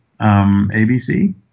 ABC